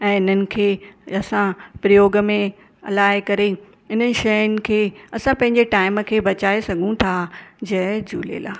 ऐं इन्हनि खे असां प्रयोग में लाहे करे इन शयुनि खे असां पंहिंजे टाइम खे बचाए सघूं था जय झूलेलाल